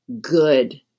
good